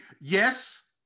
yes